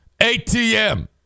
ATM